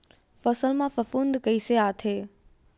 फसल मा फफूंद कइसे आथे?